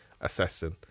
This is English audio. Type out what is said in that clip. assassin